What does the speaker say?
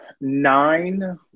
nine